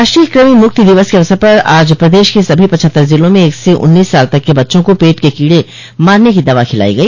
राष्ट्रीय कृमि मुक्ति दिवस के अवसर पर आज प्रदेश के सभी पचहत्तर जिलों में एक से उन्नीस साल तक के बच्चों को पेट के कीड़े मारने की दवा खिलाई गइ